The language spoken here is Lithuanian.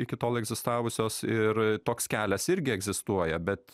iki tol egzistavusios ir toks kelias irgi egzistuoja bet